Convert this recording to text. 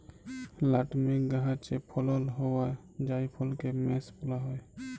nutmeg গাহাচে ফলল হউয়া জাইফলকে মেস ব্যলা হ্যয়